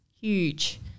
Huge